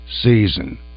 season